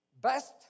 best